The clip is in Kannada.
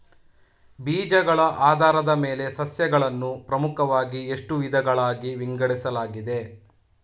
ಬೀಜಗಳ ಆಧಾರದ ಮೇಲೆ ಸಸ್ಯಗಳನ್ನು ಪ್ರಮುಖವಾಗಿ ಎಷ್ಟು ವಿಧಗಳಾಗಿ ವಿಂಗಡಿಸಲಾಗಿದೆ?